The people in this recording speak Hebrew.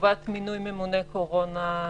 חובת מינוי ממונה קורונה,